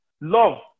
Love